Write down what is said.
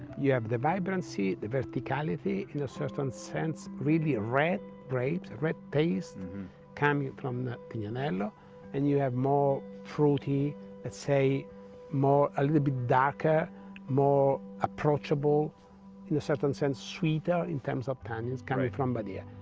you have the vibrancy the verticality in a certain sense really ah red grapes, red taste coming from the tignanello and you have more fruity say more a little bit darker more approachable in a certain sense sweeter in terms of tannins coming from badia,